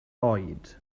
oed